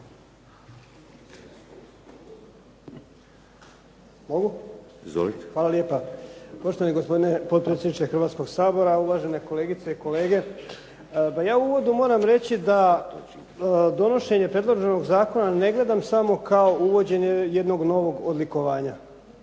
Goran (SDP)** Poštovani gospodine potpredsjedniče Hrvatskoga sabora, uvažene kolegice i kolege. Ja u uvodu moram reći da donošenje predloženog zakona ne gledam samo kao uvođenje jednog novog odlikovanja